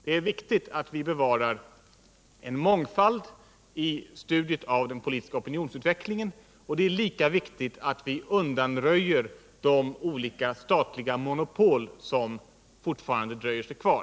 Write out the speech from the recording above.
Det är viktigt att vi bevarar en mångfald i studiet av den politiska opinionsutvecklingen, och det är lika viktigt att vi undanröjer de olika statliga monopol som fortfarande dröjer sig kvar.